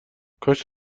کاش